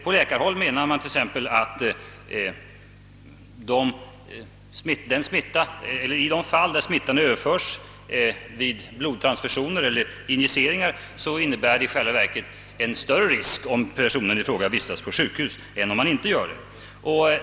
På läkarhåll menar man t.ex. att i de fall där smittan överförs vid blodtransfusioner eller injiceringar det innebär en större risk om personen i fråga vistas på sjukhus än om han inte gör det.